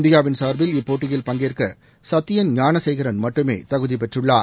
இந்தியாவின் சார்பில் இப்போட்டியில் பங்கேற்ககத்தியன் ஞானசேகரன் மட்டுமேதகுதிபெற்றுள்ளார்